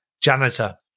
janitor